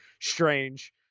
strange